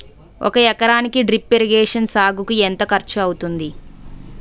ఒక ఎకరానికి drip irrigation సాగుకు ఎంత ఖర్చు అవుతుంది?